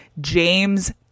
James